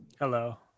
Hello